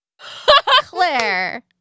Claire